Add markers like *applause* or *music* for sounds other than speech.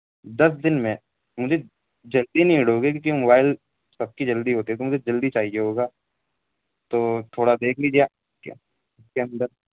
دس دن میں مجھے جلدی نیڈ ہوگی کیوںکہ موبائل سب کی جلدی ہوتی ہے تو مجھے جلدی چاہیے ہوگا تو تھوڑا دیکھ لیجیے آپ *unintelligible* کے اندر